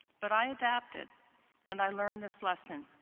but i adapted and i learned this lesson.